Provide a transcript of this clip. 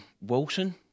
Wilson